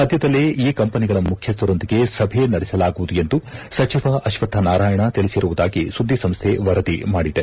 ಸದ್ದದಲ್ಲೇ ಈ ಕಂಪನಿಗಳ ಮುಖ್ಯಸ್ಥರೊಂದಿಗೆ ಸಭೆ ನಡೆಸಲಾಗುವುದು ಎಂದು ಸಚಿವ ಅಶ್ವತ್ನಾರಾಯಣ ತಿಳಿಸಿರುವುದಾಗಿ ಸುದ್ದಿಸಂಸ್ಟೆ ವರದಿ ಮಾಡಿದೆ